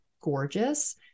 gorgeous